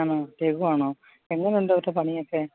ആണോ രഘു ആണോ എങ്ങനെയുണ്ട് അവരുടെ പണിയൊക്കെ